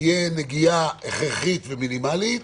תהיה נגיעה הכרחית ומינימאלית